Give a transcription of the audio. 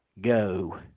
go